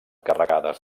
carregades